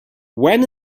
when